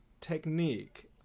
technique